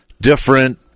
different